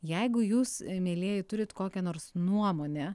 jeigu jūs mielieji turit kokią nors nuomonę